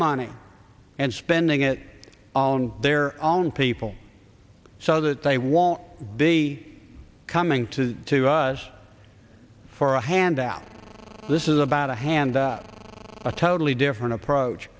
money and spending it on their own people so that they won't be coming to to us for a handout this is about a hand a totally different approach